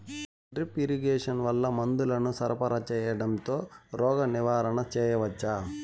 Drip irrigation వల్ల మందులను సరఫరా సేయడం తో రోగ నివారణ చేయవచ్చా?